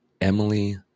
Emily